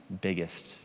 biggest